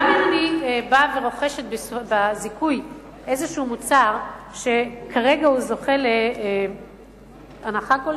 גם אם אני באה ורוכשת בזיכוי איזשהו מוצר שכרגע זוכה להנחה כלשהי,